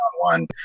one